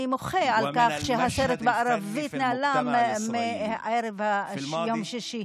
אני מוחה על כך שהסרט בערבית נעלם מערב שבת.